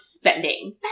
spending